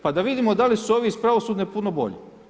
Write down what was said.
Pa da vidimo da li su ovi iz pravosudne puno bolji.